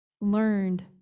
learned